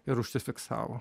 ir užsifiksavo